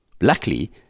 Luckily